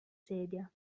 sedia